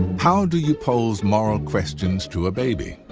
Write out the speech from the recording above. how do you pose moral questions to a baby?